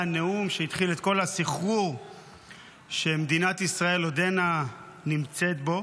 נאום שהתחיל את כל הסחרור שמדינת ישראל עודנה נמצאת בו,